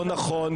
לא נכון,